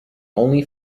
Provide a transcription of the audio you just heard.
only